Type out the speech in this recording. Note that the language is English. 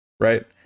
Right